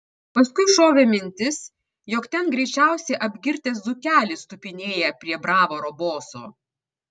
paskui šovė mintis jog ten greičiausiai apgirtęs dzūkelis tupinėja prie bravoro boso